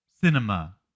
cinema